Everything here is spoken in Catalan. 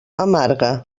amarga